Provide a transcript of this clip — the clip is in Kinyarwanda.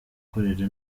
kurera